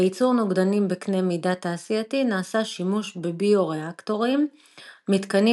ביצור נוגדנים בקנה מידה תעשייתי נעשה שימוש בביו-ריאקטורים - מתקנים